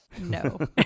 No